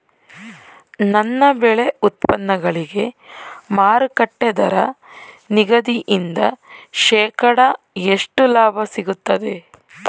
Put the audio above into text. ನನ್ನ ಬೆಳೆ ಉತ್ಪನ್ನಗಳಿಗೆ ಮಾರುಕಟ್ಟೆ ದರ ನಿಗದಿಯಿಂದ ಶೇಕಡಾ ಎಷ್ಟು ಲಾಭ ಸಿಗುತ್ತದೆ?